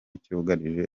cyugarije